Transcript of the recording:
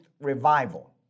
revival